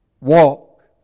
walk